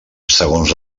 segons